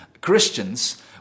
Christians